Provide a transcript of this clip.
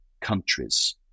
countries